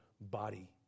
body